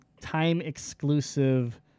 time-exclusive